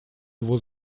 его